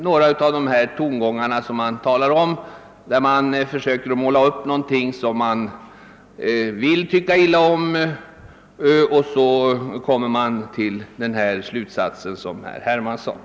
Jag finner att tongångarna tyder på att detta är något som herr Hermansson känslomässigt tycker illa om och att han på den grund målar upp perspektiv och drar slutsatser.